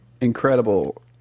incredible